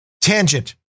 tangent